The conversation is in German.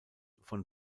von